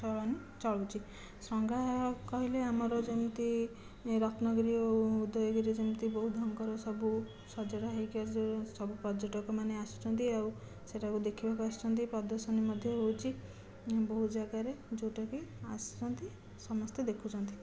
ଚଳନ ଚଲୁଛି ସଂଗ୍ରାହାଳୟ କହିଲେ ଆମର ଯେମିତି ରତ୍ନଗିରି ହେଉ ଉଦୟଗିରି ଯେମିତି ବୁଦ୍ଧଙ୍କର ସବୁ ସଜଡ଼ା ହେଇକି ଅଛି ଯେଉଁ ସବୁ ପର୍ଯ୍ୟଟକମାନେ ଆସୁଛନ୍ତି ଆଉ ସେଠାକୁ ଦେଖିବାକୁ ଆସୁଛନ୍ତି ପ୍ରଦର୍ଶନୀ ମଧ୍ୟ ହେଉଛି ବହୁତ ଜାଗାରେ ଯେଉଁଟାକି ଆସନ୍ତି ସମସ୍ତେ ଦେଖୁଛନ୍ତି